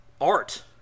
art